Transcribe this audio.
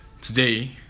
Today